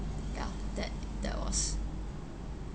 ya that that was